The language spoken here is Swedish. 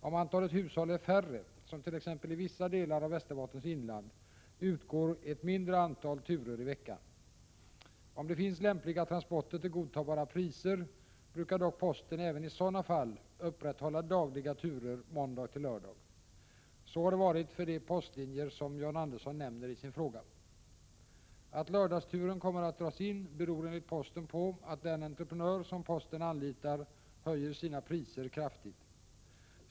Om antalet hushåll är färre, som t.ex. i vissa delar av Västerbottens inland, utgår ett mindre antal turer i veckan. Om det finns lämpliga transporter till godtagbara priser brukar dock posten även i sådana fall upprätthålla dagliga turer måndag-lördag. Så har det varit för de postlinjer som John Andersson nämner i sin fråga. Att lördagsturen kommer att dras in beror enligt posten på att den entreprenör som posten anlitar höjer sina priser kraftigt.